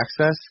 access